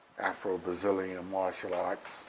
afro-brazilian martial arts.